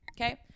okay